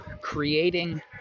creating